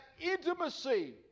intimacy